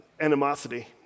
animosity